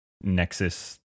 Nexus